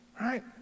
right